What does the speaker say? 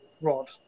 rod